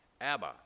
Abba